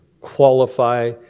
qualify